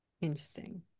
Interesting